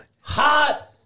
hot